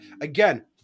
again